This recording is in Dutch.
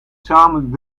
samen